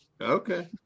Okay